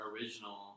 original